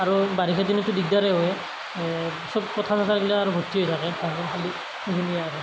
আৰু বাৰিষা দিনটো দিগদাৰে হয় চব পথাৰ চথাৰগিলাক আৰু ভৰ্তি হৈ থাকে সেইখিনিয়ে আৰু